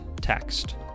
Text